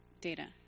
data